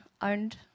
owned